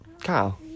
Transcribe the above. Kyle